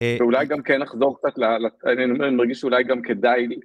ואולי גם כן לחזור קצת, אני מרגיש שאולי גם כדאי לי.